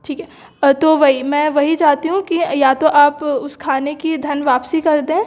ठीक है तो वही मैं वही चाहती हूँ कि या तो आप उस खाने की धन वापसी कर दें